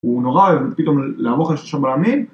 ‫הוא נורא אוהב פתאום ל.. אמר לך שם מאמי